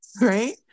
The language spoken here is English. right